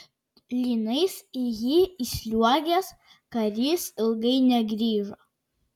lynais į jį įsliuogęs karys ilgai negrįžo